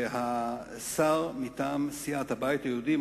שהשר מטעם סיעת הבית היהודי,